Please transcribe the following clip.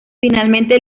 finalmente